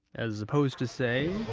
as opposed to say,